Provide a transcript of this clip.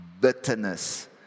bitterness